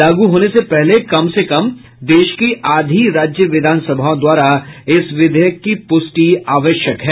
लागू होने से पहले कम से कम देश की आधी राज्य विधानसभाओं द्वारा इस विधेयक की पुष्टि आवश्यक है